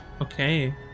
Okay